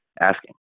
asking